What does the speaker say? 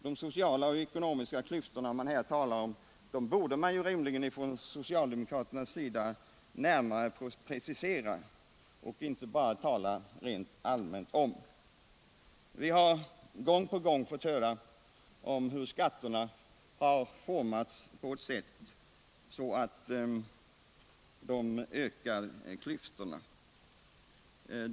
De sociala och ekonomiska klyftor socialdemokraterna här talar om borde de rimligen närmare precisera och inte bara tala rent allmänt om. Vi har gång på gång fått höra att skatterna formats på ett sådant sätt att det ökat klyftorna.